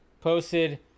posted